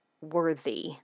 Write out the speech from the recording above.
worthy